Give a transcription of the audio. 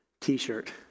T-shirt